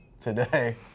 today